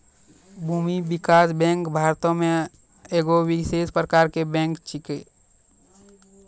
भूमि विकास बैंक भारतो मे एगो विशेष प्रकारो के बैंक छै